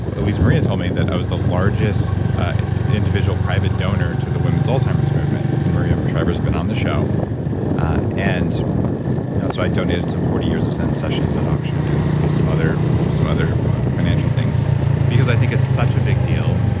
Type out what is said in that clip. ah at least maria told me that i was the largest individual private donor to the women's alzheimer's movement. and maria shriver's been on the show and so, i donated some forty years of zen sessions at auction and some other some other financial things because i think it's such a big deal.